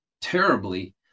terribly